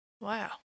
Wow